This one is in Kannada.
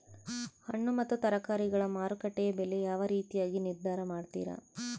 ಹಣ್ಣು ಮತ್ತು ತರಕಾರಿಗಳ ಮಾರುಕಟ್ಟೆಯ ಬೆಲೆ ಯಾವ ರೇತಿಯಾಗಿ ನಿರ್ಧಾರ ಮಾಡ್ತಿರಾ?